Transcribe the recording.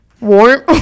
warm